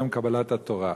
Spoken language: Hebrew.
יום קבלת התורה.